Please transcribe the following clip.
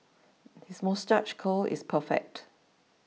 his moustache is perfect